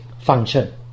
function